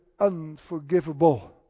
unforgivable